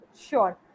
Sure